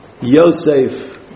Yosef